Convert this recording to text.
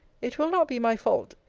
it will not be my fault,